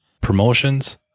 promotions